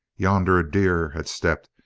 yonder a deer had stepped,